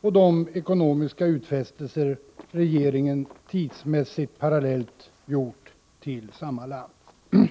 och de ekonomiska utfästelser regeringen tidsmässigt parallellt gjort till detta land.